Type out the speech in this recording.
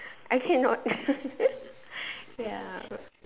I cannot ya